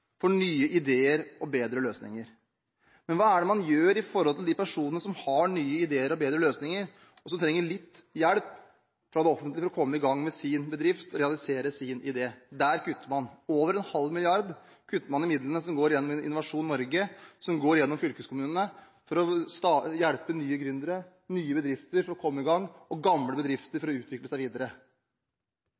for nye ideer og bedre løsninger. Men hva er det man gjør for de personene som har nye ideer og bedre løsninger, og som trenger litt hjelp fra det offentlige for å komme i gang med sin bedrift og realisere sin idé? Der kutter man. Over en halv milliard kroner kutter man i midlene som går gjennom Innovasjon Norge, som går gjennom fylkeskommunene for å hjelpe nye gründere, nye bedrifter for å komme i gang og gamle bedrifter for å utvikle seg videre.